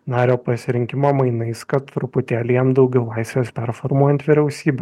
nario pasirinkimą mainais kad truputėlį jam daugiau laisvės performuojant vyriausybę